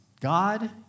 God